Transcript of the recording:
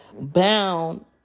bound